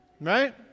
Right